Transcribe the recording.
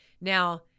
Now